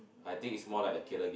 I think it's more like a killer game